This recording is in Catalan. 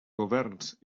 governs